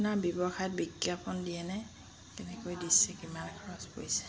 আপোনাৰ ব্যৱসায়ত বিজ্ঞাপন দিয়েনে কেনেকৈ দিছে কিমান খৰচ পৰিছে